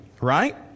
right